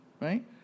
Right